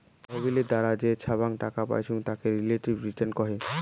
তহবিলের দ্বারা যে ছাব্যাং টাকা পাইচুঙ তাকে রিলেটিভ রিটার্ন কহে